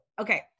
okay